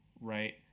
right